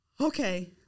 okay